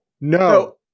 No